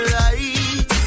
light